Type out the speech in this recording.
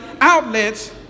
outlets